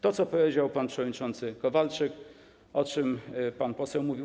To, co powiedział pan przewodniczący Kowalczyk, o czym pan poseł mówił.